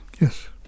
Yes